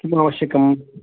किमावश्यकम्